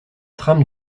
trame